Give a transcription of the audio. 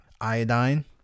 Iodine